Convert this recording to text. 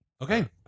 Okay